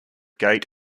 gait